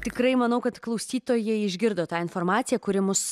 tikrai manau kad klausytojai išgirdo tą informaciją kuri mus